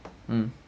mm